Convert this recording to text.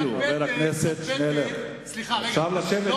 חבר הכנסת נסים זאב, חבר הכנסת שנלר, אפשר לשבת.